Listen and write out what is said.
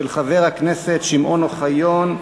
של חבר הכנסת שמעון אוחיון.